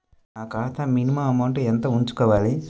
నా ఖాతా minimum amount ఎంత ఉంచుకోవాలి?